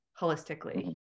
holistically